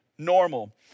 normal